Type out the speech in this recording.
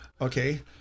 Okay